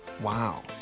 Wow